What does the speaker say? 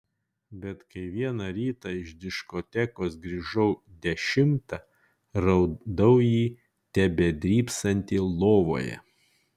bet kai vieną rytą iš diskotekos grįžau dešimtą radau jį tebedrybsantį lovoje